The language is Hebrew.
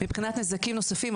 מבחינת נזקים נוספים,